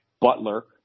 Butler